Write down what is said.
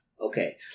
Okay